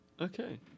Okay